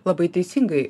labai teisingai